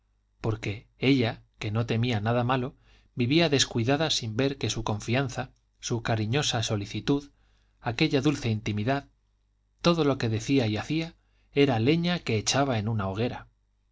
por que ella que no temía nada malo vivía descuidada sin ver que su confianza su cariñosa solicitud aquella dulce intimidad todo lo que decía y hacía era leña que echaba en una hoguera